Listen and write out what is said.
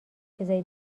چیزای